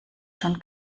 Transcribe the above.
schon